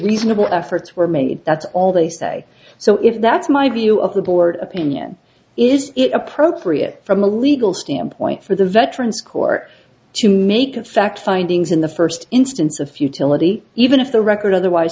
reasonable efforts were made that's all they say so if that's my view of the board opinion is it appropriate from a legal standpoint for the veterans court to make in fact findings in the first instance of futility even if the record otherwise